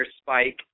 Spike